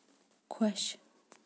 خۄش